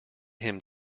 him